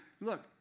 look